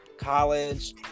college